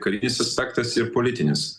karinis aspektas ir politinis